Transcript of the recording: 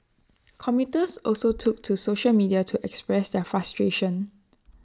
commuters also took to social media to express their frustration